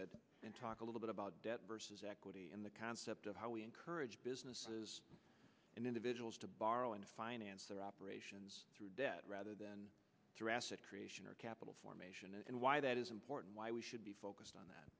bit and talk a little bit about debt versus equity and the concept of how we encourage businesses and individuals to borrow and finance their operations through debt rather than through asset creation or capital formation and why that is important why we should be focused on that